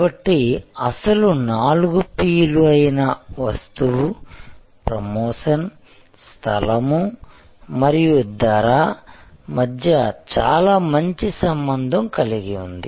కాబట్టి అసలు నాలుగు P లు అయిన వస్తువు ప్రమోషన్ స్థలము మరియు ధర మధ్య చాలా మంచి సంబంధం కలిగి ఉంది